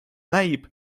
näib